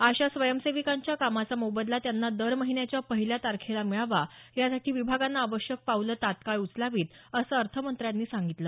आशा स्वयंसेविकांच्या कामाचा मोबदला त्यांना दर महिन्याच्या पहिल्या तारखेला मिळावा यासाठी विभागानं आवश्यक पावलं तत्काळ उचलावीत असं अर्थमंत्र्यंनी सांगितलं